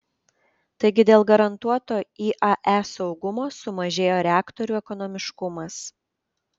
taigi dėl garantuoto iae saugumo sumažėjo reaktorių ekonomiškumas